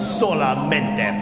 solamente